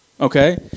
okay